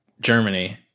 Germany